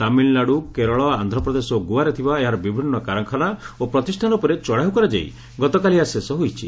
ତାମିଲ୍ନାଡ଼ୁ କେରଳ ଆନ୍ଧ୍ରପ୍ରଦେଶ ଓ ଗୋଆରେ ଥିବା ଏହାର ବିଭିନ୍ନ କାରଖାନା ଓ ପ୍ରତିଷ୍ଠାନ ଉପରେ ଚଢ଼ାଉ କରାଯାଇ ଗତକାଲି ଏହା ଶେଷ ହୋଇଛି